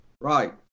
Right